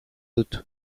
dut